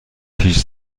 پیچ